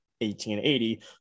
1880